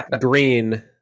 green